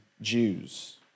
Jews